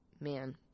man